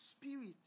spirit